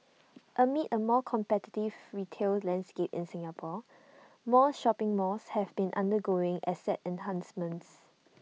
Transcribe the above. amid A more competitive retail landscape in Singapore more shopping malls have been undergoing asset enhancements